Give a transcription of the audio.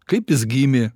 kaip jis gimė